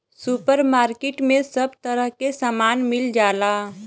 super market में सब तरह के सामान मिल जाला